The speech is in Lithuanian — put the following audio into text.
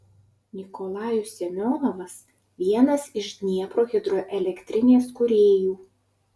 nikolajus semionovas vienas iš dniepro hidroelektrinės kūrėjų